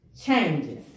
changes